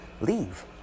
leave